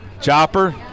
Chopper